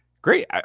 Great